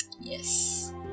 Yes